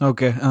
Okay